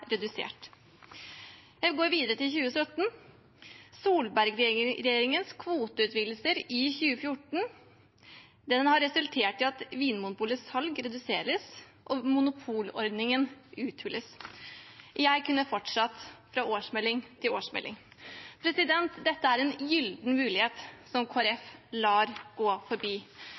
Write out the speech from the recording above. redusert.» Jeg går videre til årsmeldingen for 2017: Solberg-regjeringens kvoteutvidelser i 2014 har resultert i at Vinmonopolets salg reduseres og monopolordningen uthules. Jeg kunne fortsatt fra årsmelding til årsmelding. Dette er en gyllen mulighet som Kristelig Folkeparti lar gå forbi